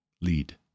lead